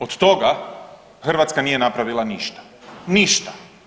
Od toga Hrvatska nije napravila ništa, ništa.